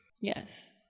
Yes